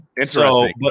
interesting